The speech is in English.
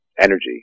energy